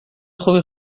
خوبی